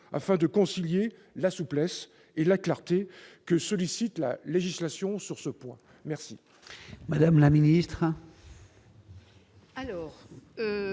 afin de concilier la souplesse et la clarté que sollicite la législation sur ce point ?